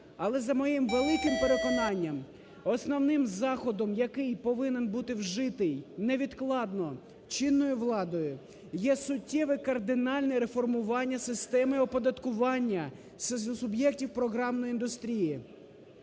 Але за моїм великим переконанням основним заходом, який повинен бути вжитий невідкладно чинною владою, є суттєве кардинальне реформування системи оподаткування суб'єктів програмної індустрії.